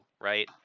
right